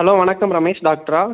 hello வணக்கம் ரமேஷ் டாக்ட்ரா